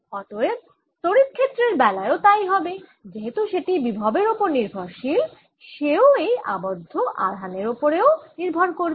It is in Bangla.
অতএব তড়িৎক্ষেত্রের বেলায়ও তাই হবে যেহেতু সেটি বিভবের ওপর নির্ভরশীল সেও এই আবদ্ধ আধানের ওপরেই নির্ভর করবে